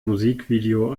musikvideo